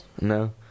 No